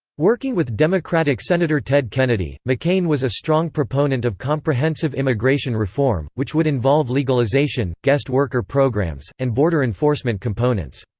working with democratic senator ted kennedy, mccain was a strong proponent of comprehensive immigration reform, which would involve legalization, guest worker programs, and border enforcement components.